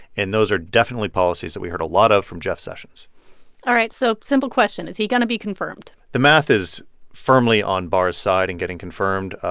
and those are definitely policies that we heard a lot of from jeff sessions all right. so simple question is he going to be confirmed? the math is firmly on barr's side and getting confirmed.